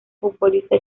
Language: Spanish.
futbolista